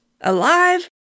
alive